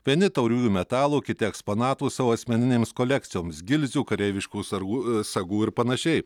vieni tauriųjų metalų kiti eksponatų savo asmeninėms kolekcijoms gilzių kareiviškų sargų sagų ir panašiai